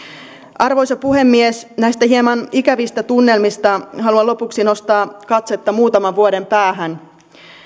arvoisa puhemies näistä hieman ikävistä tunnelmista haluan lopuksi nostaa katsetta muutaman vuoden päähän